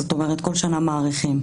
זאת אומרת כל שנה מאריכים.